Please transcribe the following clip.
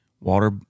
water